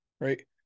right